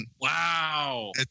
Wow